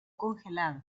congelado